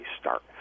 start